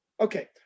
Okay